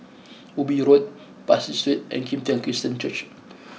Ubi U Road Pasir Street and Kim Tian Christian Church